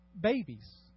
babies